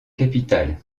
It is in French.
capitale